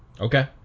Okay